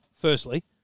Firstly